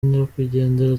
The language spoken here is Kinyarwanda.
nyakwigendera